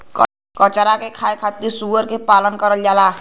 कचरा के खाए खातिर सूअर के पालन करल जाला